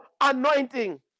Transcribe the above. anointing